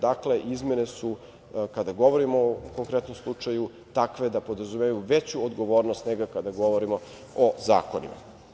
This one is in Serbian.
Dakle, kada govorimo o konkretnom slučaju, izmene su takve da podrazumevaju veću odgovornost nego kada govorimo o zakonima.